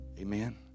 Amen